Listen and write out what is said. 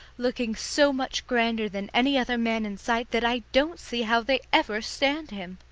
looking so much grander than any other man in sight that i don't see how they ever stand him.